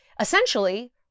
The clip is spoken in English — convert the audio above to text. essentially